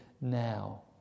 now